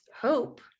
hope